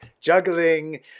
juggling